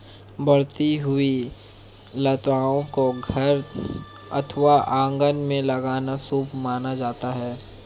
बढ़ती हुई लताओं को घर अथवा आंगन में लगाना शुभ माना जाता है